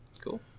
Cool